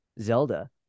Zelda